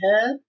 head